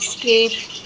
skip